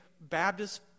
Baptist